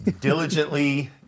diligently